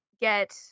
get